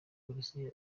polisi